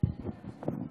אדוני